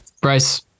Bryce